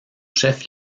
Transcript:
chef